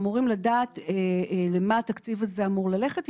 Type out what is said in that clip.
אמורים לדעת למה התקציב הזה אמור ללכת.